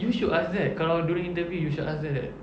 you should ask that kalau during interview you should ask that